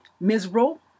miserable